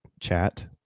chat